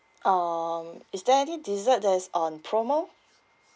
um is there any desert that is on promo